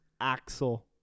Axel